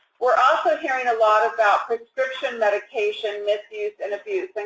we're also hearing a lot about prescription medication misuse and abuse. and